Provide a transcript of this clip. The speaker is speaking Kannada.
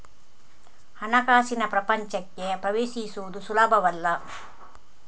ಹಣಕಾಸಿನ ಪ್ರಪಂಚಕ್ಕೆ ಪ್ರವೇಶಿಸುವುದು ಸುಲಭವಲ್ಲ